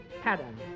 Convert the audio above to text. pattern